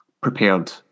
prepared